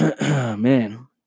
Man